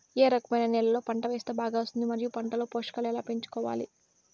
ఏ రకమైన నేలలో పంట వేస్తే బాగా వస్తుంది? మరియు పంట లో పోషకాలు ఎలా పెంచుకోవాలి?